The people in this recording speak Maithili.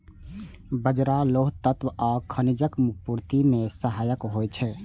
बाजरा लौह तत्व आ खनिजक पूर्ति मे सहायक होइ छै